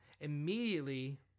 immediately